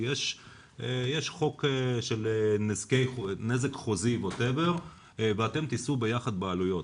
כי יש חוק של נזק חוזי ואתם תישאו ביחד בעלויות'.